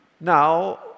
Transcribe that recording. Now